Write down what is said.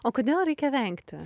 o kodėl reikia vengti